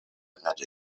قدر